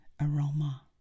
aroma